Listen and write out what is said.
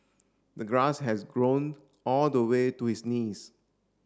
the grass has grown all the way to his knees